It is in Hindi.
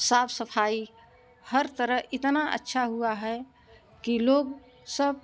साफ सफाई हर तरह इतना अच्छा हुआ है कि लोग सब